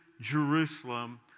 Jerusalem